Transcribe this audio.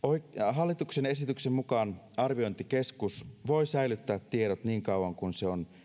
hallituksen esityksen mukaan arviointikeskus voi säilyttää tiedot niin kauan kuin se on